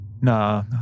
nah